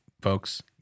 folks